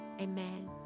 Amen